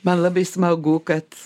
man labai smagu kad